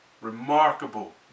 Remarkable